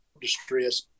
distress